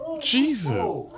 Jesus